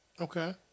Okay